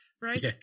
right